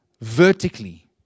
vertically